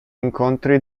incontri